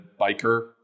biker